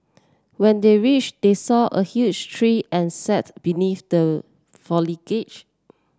when they reached they saw a huge tree and sat beneath the